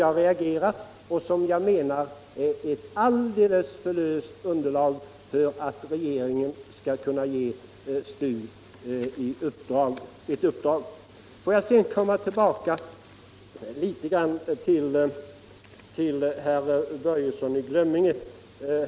Jag menar att underlaget är alldeles för löst för att regeringen skall kunna ge STU ett uppdrag. Får jag sedan med några ord komma tillbaka till herr Börjesson i Glömminge.